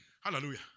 Hallelujah